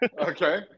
Okay